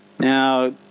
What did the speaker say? Now